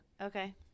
Okay